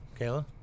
Kayla